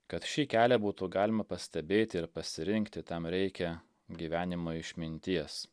kad šį kelią būtų galima pastebėti ir pasirinkti tam reikia gyvenimo išminties